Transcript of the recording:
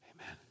Amen